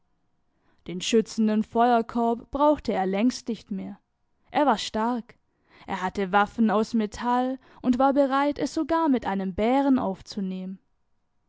den schützenden feuerkorb brauchte er längst nicht mehr er war stark er hatte waffen aus metall und war bereit es sogar mit einem bären aufzunehmen